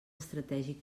estratègic